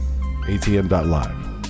atm.live